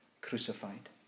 crucified